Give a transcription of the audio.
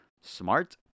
smart